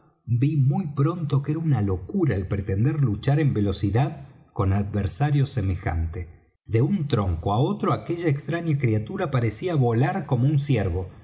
ví muy pronto que era una locura el pretender luchar en velocidad con adversario semejante de un tronco á otro aquella extraña criatura parecía volar como un ciervo